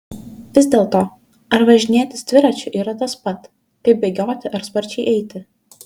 vis dėlto ar važinėtis dviračiu yra tas pat kaip bėgioti ar sparčiai eiti